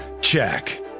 check